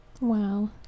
Wow